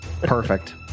Perfect